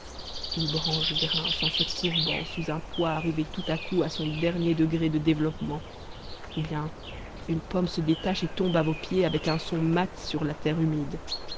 une branche grince en se courbant sous un poids arrivé tout à coup à son dernier degré de développement ou bien une pomme se détache et tombe à vos pieds avec un son mat sur la terre humide